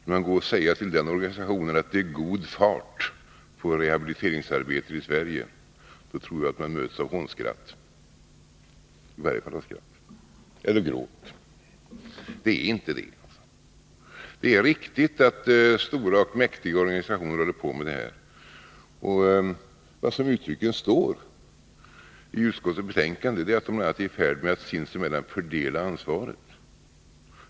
Om man säger till den organisationen att det är god fart på rehabiliteringsarbetet i Sverige, tror jag att man möts av hånskratt — eller av gråt. För det är inte så. Det är riktigt att stora och mäktiga organisationer håller på med detta. Vad som uttryckligen står i utskottsbetänkandet är att dessa är i färd med att sinsemellan fördela ansvaret.